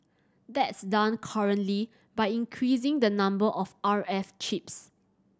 that's done currently by increasing the number of R F chips